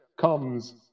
comes